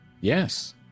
yes